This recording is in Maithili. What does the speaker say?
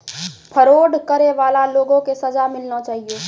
फरौड करै बाला लोगो के सजा मिलना चाहियो